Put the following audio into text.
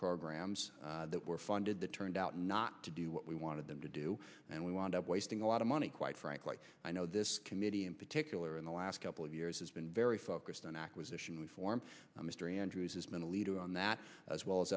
programs that were funded that turned out not to do what we wanted them to do and we wound up wasting a lot of money quite frankly i know this committee in particular in the last couple of years has been very focused on acquisition reform mr andrews has been a leader on that as well as